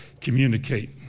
communicate